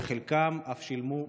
וחלקם אף שילמו בחייהם.